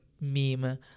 meme